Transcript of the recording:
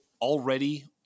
already